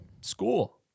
school